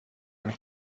and